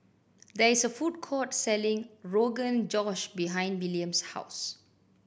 there is a food court selling Rogan Josh behind William's house